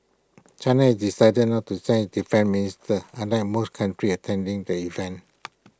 China has decided not to send its defence minister unlike most countries attending the event